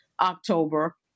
October